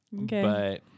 Okay